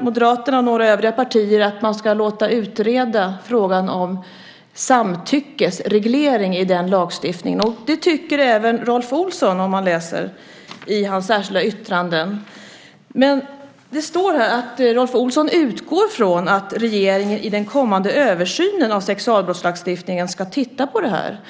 Moderaterna och några övriga partier menar att man ska låta utreda frågan om samtyckesreglering i den lagstiftningen. Det tycker även Rolf Olsson, om man läser i hans särskilda yttranden. Men det står att Rolf Olsson utgår från att regeringen i den kommande översynen av sexualbrottslagstiftningen ska titta på det här.